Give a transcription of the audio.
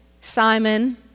Simon